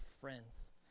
friends